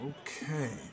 Okay